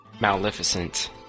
Maleficent